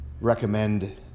recommend